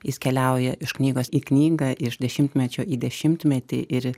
jis keliauja iš knygos į knygą iš dešimtmečio į dešimtmetį ir